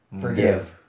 Forgive